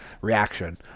reaction